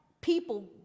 people